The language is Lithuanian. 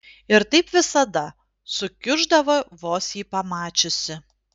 ir taip visada sukiuždavo vos jį pamačiusi